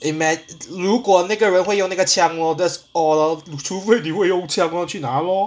ima~ 如果那个人会用那个枪 lor that's all lor 除非你会用枪 lor 去拿 lor